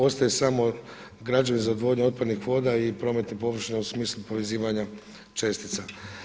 Ostaje samo građenje za odvodnju otpadnih voda i prometne površine u smislu povezivanja čestica.